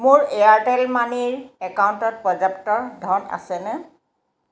মোৰ এয়াৰটেল মানিৰ একাউণ্টত পৰ্যাপ্ত ধন আছেনে